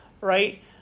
right